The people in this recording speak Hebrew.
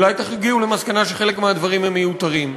אולי תגיעו למסקנה שחלק מהדברים מיותרים.